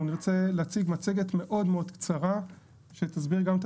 אנחנו נרצה להציג מצגת מאוד קצרה שתסביר גם את